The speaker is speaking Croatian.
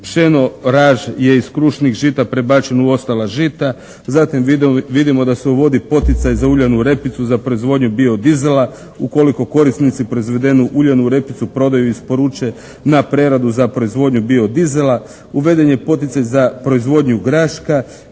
Pšeno raž je iz krušnih žita prebačen u ostala žita. Zatim, vidimo da se uvodi poticaj za uljanu repicu, za proizvodnju bio-dizela ukoliko korisnici proizvedenu uljanu repicu prodaju i isporuče na preradu za proizvodnju bio-dizela. Uveden je poticaj za proizvodnju graška,